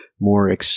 more